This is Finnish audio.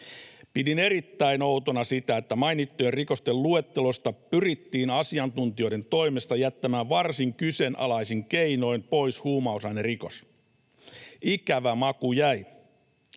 Pidin erittäin outona sitä, että mainittujen rikosten luettelosta pyrittiin asiantuntijoiden toimesta jättämään varsin kyseenalaisin keinoin pois huumausainerikos. Ikävä maku jäi.